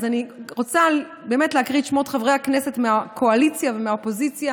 אז אני רוצה להקריא את שמות חברי הכנסת מהקואליציה ומהאופוזיציה